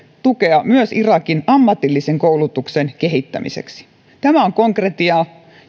tukea irakin ammatillisen koulutuksen kehittämiseksi tämä on konkretiaa